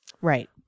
Right